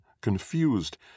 confused